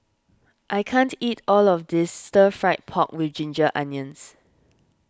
I can't eat all of this Stir Fried Pork with Ginger Onions